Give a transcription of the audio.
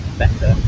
better